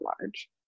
large